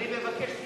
אני מבקש,